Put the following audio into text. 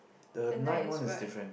the night one is different